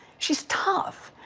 she's tough.